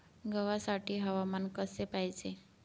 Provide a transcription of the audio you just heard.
गव्हासाठी हवामान कसे पाहिजे?